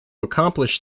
accomplish